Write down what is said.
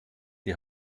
die